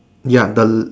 ya the